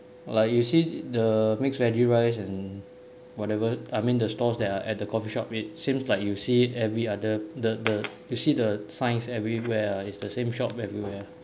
like you see the mixed veggie rice and whatever I mean the stores that are at the coffeeshop it seems like you see every other the the you see the signs everywhere ah is the same shop everywhere